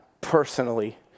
personally